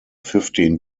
fifteen